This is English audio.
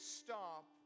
stop